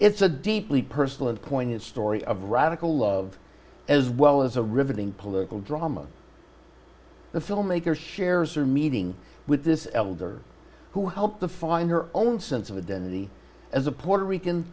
it's a deeply personal and poignant story of radical love as well as a riveting political drama the filmmaker shares her meeting with this elder who helped to find her own sense of identity as a puerto rican